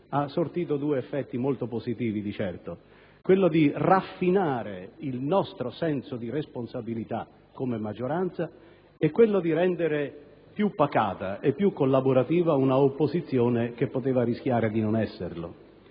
ha sortito due effetti di certo molto positivi: quello di raffinare il nostro senso di responsabilità come maggioranza e quello di rendere più pacata e collaborativa un'opposizione che poteva rischiare di non esserlo.